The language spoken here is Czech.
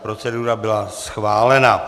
Procedura byla schválena.